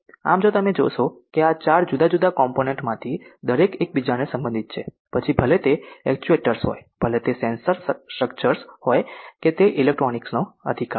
આમ જો તમે જોશો કે આ 4 જુદા જુદા કોમ્પોનેન્ટ માંથી દરેક એકબીજા સાથે સંબંધિત છે પછી ભલે તે એક્ચ્યુએટર્સ હોય ભલે તે સેન્સર સ્ટ્રક્ચર્સ હોય કે તે ઇલેક્ટ્રોનિક્સનો અધિકાર છે